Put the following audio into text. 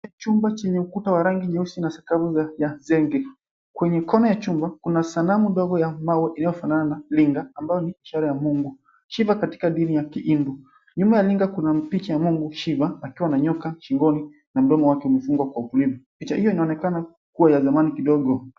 Chupa chenye ukuta wa rangi nyeusi na sakafu ya zege. Kwenye mkono ya chumba kuna sanamu ndogo ya mawe iliyofanana linga ambayo ni michoro ya mungu, imo katika dini ya kihindu. Nyuma ya linga kuna picha ya mungu shiva akiwa na nyoka shingoni na mdomo wake umefungwa kwa ulimi. Picha hiyo inaonekana kuwa ya zamani kidogo.